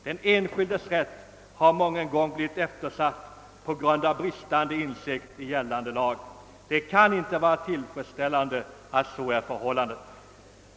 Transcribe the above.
Den enskildes rätt har mången gång blivit eftersatt på grund av bristande insikt i gällande lag. Det kan inte vara tillfredsställande att så är förhållandet.